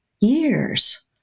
years